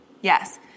Yes